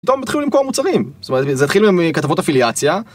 פתאום התחילו למכור מוצרים. זאת אומרת, התחילו עם כתבות אפיליאציה.